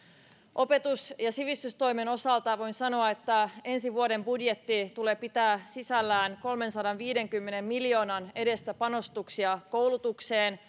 opetus ja sivistystoimen osalta voin sanoa että ensi vuoden budjetti tulee pitämään sisällään kolmensadanviidenkymmenen miljoonan edestä panostuksia koulutukseen